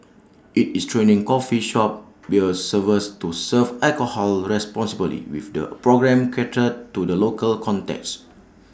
IT is training coffee shop beer servers to serve alcohol responsibly with the programme catered to the local context